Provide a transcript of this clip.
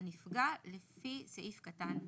הנפגע לפי סעיף קטן זה."